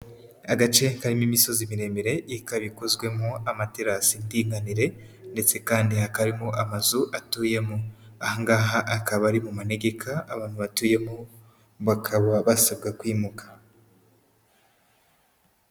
Agace karimo imisozi miremire, ikaba ikozwemwo amaterasi ndinganire, ndetse kandi hakarimo amazu atuyemo. Aha ngaha akaba ari mu manegeka, abantu batuyemo bakaba basabwa kwimuka.